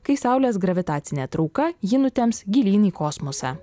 kai saulės gravitacinė trauka jį nutemps gilyn į kosmosą